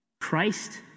Christ